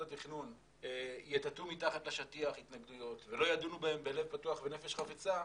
התכנון יטאטאו מתחת לשטיח התנגדויות ולא ידונו בהן בלב פתוח ונפש חפצה,